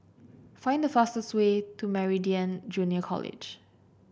find the fastest way to Meridian Junior College